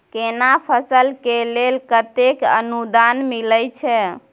केना फसल के लेल केतेक अनुदान मिलै छै?